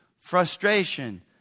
frustration